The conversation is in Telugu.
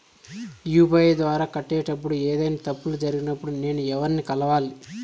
యు.పి.ఐ ద్వారా కట్టేటప్పుడు ఏదైనా తప్పులు జరిగినప్పుడు నేను ఎవర్ని కలవాలి?